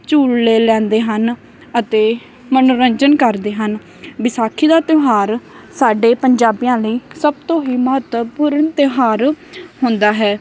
ਝੂਲੇ ਲੈਂਦੇ ਹਨ ਅਤੇ ਮਨੋਰੰਜਨ ਕਰਦੇ ਹਨ ਵਿਸਾਖੀ ਦਾ ਤਿਉਹਾਰ ਸਾਡੇ ਪੰਜਾਬੀਆਂ ਲਈ ਸਭ ਤੋਂ ਹੀ ਮਹੱਤਵਪੂਰਨ ਤਿਉਹਾਰ ਹੁੰਦਾ ਹੈ